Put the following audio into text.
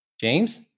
James